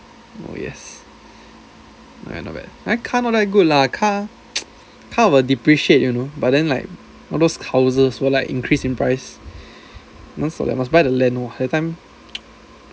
oh yes not bad buy car not that good lah car car will depreciate you know but then like all those houses will like increase in price non stop leh must buy the land lor that time